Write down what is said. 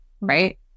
right